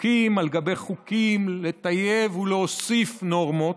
על גבי חוקים, לטייב ולהוסיף נורמות,